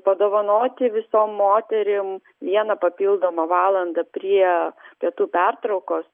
padovanoti visom moterim vieną papildomą valandą prie pietų pertraukos